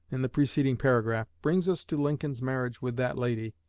in the preceding paragraph, brings us to lincoln's marriage with that lady,